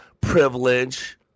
privilege